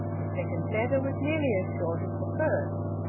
the second letter was nearly as short as the first.